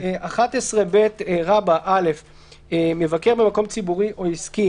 11ב. (א)מבקר במקום ציבורי או עסקי